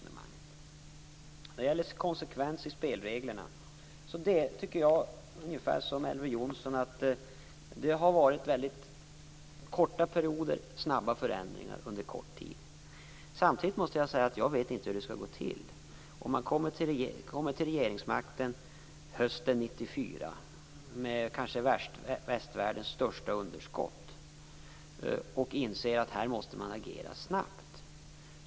När det gäller konsekvenser i spelreglerna tycker jag ungefär som Elver Jonsson att det har skett snabba förändringar under kort tid. Samtidigt måste jag säga att jag inte vet hur det skall gå till. När vi kom till regeringsmakten hösten 1994 hade vi västvärldens kanske största underskott och insåg att vi måste agera snabbt.